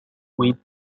with